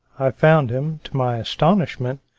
found him, to my astonishment,